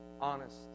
honest